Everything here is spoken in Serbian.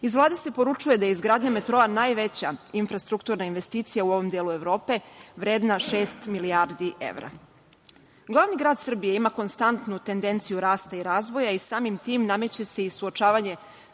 Vlade se poručuje da je izgradnja metroa najveća infrastrukturna investicija u ovom delu Evrope, vredna šest milijardi evra. Glavni grad Srbije ima konstantnu tendenciju rasta i razvoja i samim tim nameće se i suočavanje